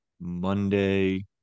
Monday